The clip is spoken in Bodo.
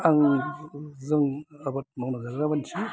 आं जों आबाद मावना जाग्रा मानसि